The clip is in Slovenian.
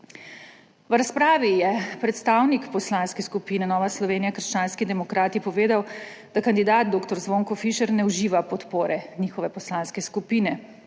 V razpravi je predstavnik Poslanske skupine Nova Slovenija - krščanski demokrati povedal, da kandidat dr. Zvonko Fišer ne uživa podpore njihove poslanske skupine.